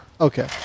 Okay